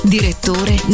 Direttore